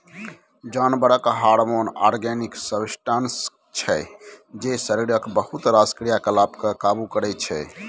जानबरक hormone organic substance छै जे शरीरक बहुत रास क्रियाकलाप केँ काबु करय छै